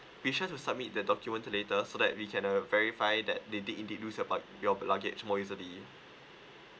be sure to submit the document later so that we can uh verify that they did indeed lose your ba~ your luggage more easily